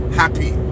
happy